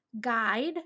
guide